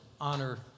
honor